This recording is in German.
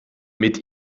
mit